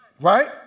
Right